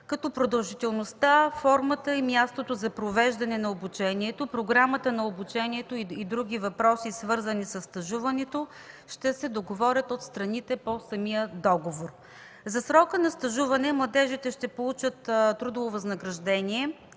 като продължителността, формата и мястото за провеждане на обучението, програмата на обучението и други въпроси, свързани със стажуването, ще се договорят от страните по самия договор. За срока на стажуване младежите ще получат трудово възнаграждение